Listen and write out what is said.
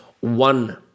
one